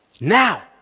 Now